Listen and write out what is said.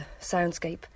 soundscape